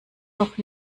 noch